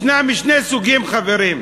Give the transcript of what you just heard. יש שני סוגים, חברים,